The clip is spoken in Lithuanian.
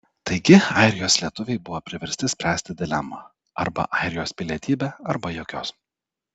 taigi airijos lietuviai buvo priversti spręsti dilemą arba airijos pilietybė arba jokios